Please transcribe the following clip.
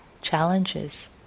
challenges